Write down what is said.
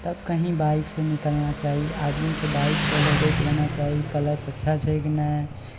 तब कहीँ बाइकसँ निकालना चाही आदमीकेँ बाइक पहिले देख लेना चाही कलच अच्छा छै कि नहि